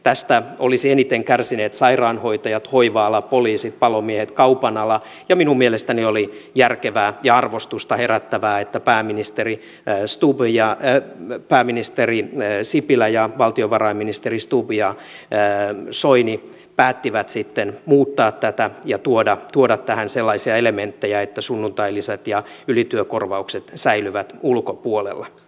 tästä olisivat eniten kärsineet sairaanhoitajat hoiva ala poliisit palomiehet ja kaupan ala ja minun mielestäni oli järkevää ja arvostusta herättävää että pääministeri sipilä ja valtiovarainministeri stubb ja soini päättivät muuttaa tätä ja tuoda tähän sellaisia elementtejä että sunnuntailisät ja ylityökorvaukset säilyvät ulkopuolella